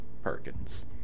Perkins